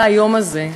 היום הזה,